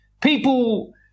people